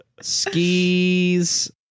Skis